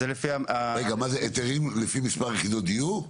זה לפי מספר יחידות דיור?